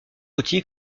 outils